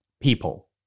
People